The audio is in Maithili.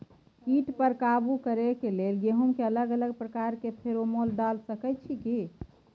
कीट पर काबू करे के लेल गेहूं के अलग अलग प्रकार के फेरोमोन डाल सकेत छी की?